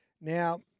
Now